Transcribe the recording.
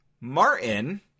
Martin